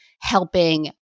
helping